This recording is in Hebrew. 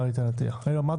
כן.